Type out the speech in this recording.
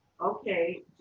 okay